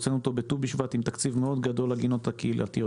הוצאנו אותו בטו בשבט עם תקציב מאוד גדול לגינות הקהילתיות.